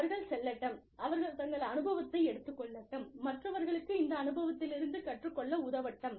அவர்கள் செல்லட்டும் அவர்கள் தங்கள் அனுபவத்தை எடுத்துக் கொள்ளட்டும் மற்றவர்களுக்கு இந்த அனுபவத்திலிருந்து கற்றுக்கொள்ள உதவட்டும்